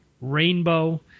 Rainbow